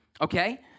Okay